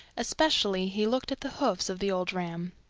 especially he looked at the hoofs of the old ram.